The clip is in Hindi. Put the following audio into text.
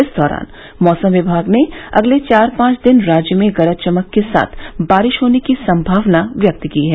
इस दौरान मौसम विभाग ने अगले चार पांच दिन राज्य में गरज चमक के साथ बारिश होने की संभावना व्यक्त की है